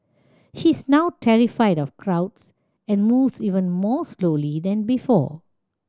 she is now terrified of crowds and moves even more slowly than before